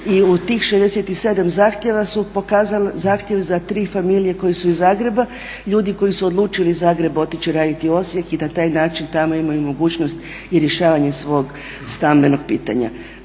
I u tih 67 zahtjeva su pokazali zahtjev za tri familije koje su iz Zagreba, ljudi koji su odluči iz Zagreba otići i raditi u Osijeku i na taj način tamo imaju mogućnost i rješavanje svog stambenog pitanja.